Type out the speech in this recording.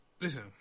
listen